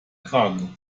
kragen